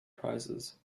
prizes